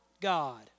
God